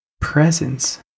Presence